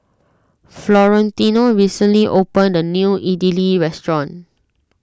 Florentino recently opened a new Idili restaurant